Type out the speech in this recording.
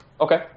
Okay